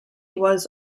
was